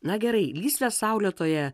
na gerai lysvę saulėtoje